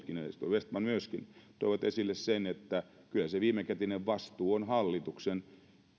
vestman myöskin toivat esille sen että kyllä se viimekätinen vastuu on hallituksen niin